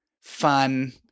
fun